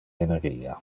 energia